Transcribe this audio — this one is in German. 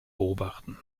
beobachten